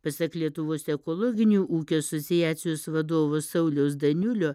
pasak lietuvos ekologinių ūkių asociacijos vadovo sauliaus daniulio